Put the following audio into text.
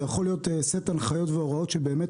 זה יכול להיות סט הנחיות והוראות שבאמת